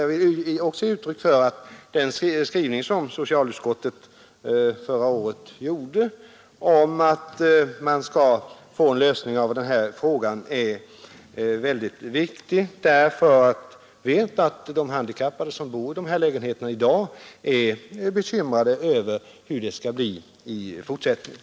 Jag vill erinra om utskottets skrivning förra året, att det är viktigt att lösa denna fråga, därför att vi vet att de handikappade som bor i dessa lägenheter i dag är bekymrade över hur det skall bli i fortsättningen.